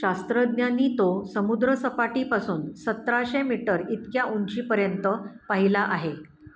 शास्त्रज्ञांनी तो समुद्र सपाटीपासून सतराशे मीटर इतक्या उंचीपर्यंत पाहिला आहे